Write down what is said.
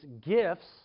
gifts